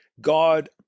God